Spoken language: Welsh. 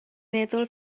meddwl